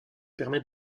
permet